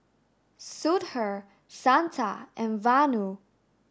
Sudhir Santha and Vanu